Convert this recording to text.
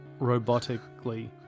robotically